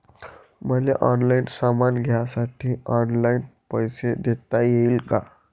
मले ऑनलाईन सामान घ्यासाठी ऑनलाईन पैसे देता येईन का?